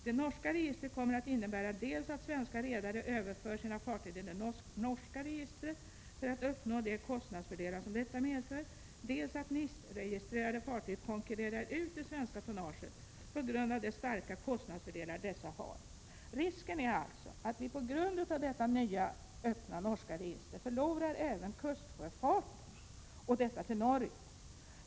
Det norska registret kommer att innebära dels att svenska redare överför sina fartyg till det norska registret för att uppnå de kostnadsfördelar som detta medför, dels att NIS-registrerade fartyg konkurrerar ut det svenska tonnaget på pga de starka kostnadsfördelar dessa har.” Risken är alltså att vi på grund av detta nya öppna norska register förlorar även kustsjöfarten, och detta till Norge.